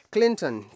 Clinton